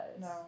No